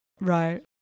Right